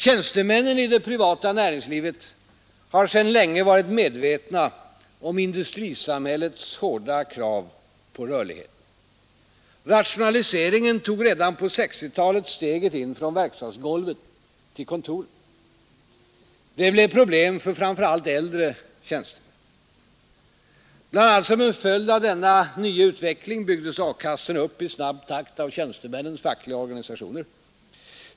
Tjänstemännen i det privata näringslivet har sedan länge varit medvetna om industrisamhällets hårda krav på rörlighet. Rationaliseringen tog redan på 1960-talet steget in från verkstadsgolvet till kontoret. Det blev problem för framför allt äldre tjänstemän. Bl. a. som en följd av denna nya utveckling byggdes a-kassorna upp i snabb takt av tjänstemännens fackliga organisationer.